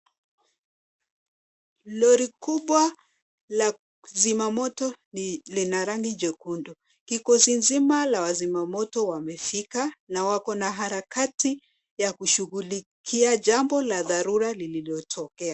Lori kubwa la zimamoto lina rangi jekundu. Kikosi nzima la wazimamoto wamefika na wako na harakati ya kushughulikia jambo la dharura lililotokea.